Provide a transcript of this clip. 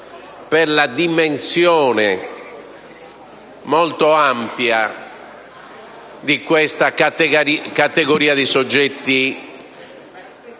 per la dimensione molto ampia di questa categoria di soggetti